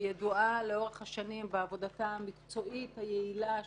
ידועה לאורך השנים בעבודתה המקצועית והיעילה,